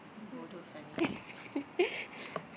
ini bodoh sia ini